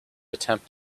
attempt